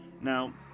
Now